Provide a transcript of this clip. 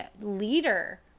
leader